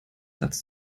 satz